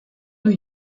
new